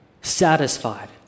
satisfied